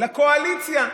לקואליציה.